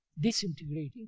disintegrating